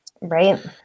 Right